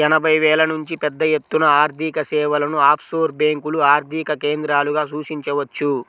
ఎనభైల నుంచే పెద్దఎత్తున ఆర్థికసేవలను ఆఫ్షోర్ బ్యేంకులు ఆర్థిక కేంద్రాలుగా సూచించవచ్చు